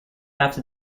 after